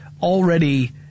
already